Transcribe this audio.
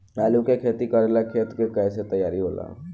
आलू के खेती करेला खेत के कैसे तैयारी होला?